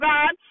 God